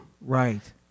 Right